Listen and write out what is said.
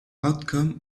outcome